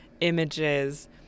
images